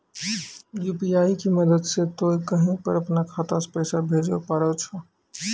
UPI के मदद से तोय कहीं पर अपनो खाता से पैसे भेजै पारै छौ